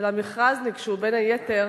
למכרז ניגשו בין היתר